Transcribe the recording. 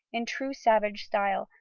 in true savage style,